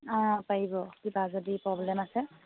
অঁ পাৰিব কিবা যদি প্ৰব্লেম আছে